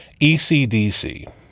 ECDC